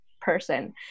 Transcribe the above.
person